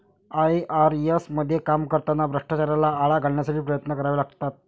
IRS मध्ये काम करताना भ्रष्टाचाराला आळा घालण्यासाठी प्रयत्न करावे लागतात